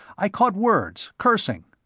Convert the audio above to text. i caught words, cursing.